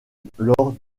lors